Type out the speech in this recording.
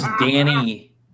Danny